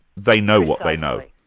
they know what they know.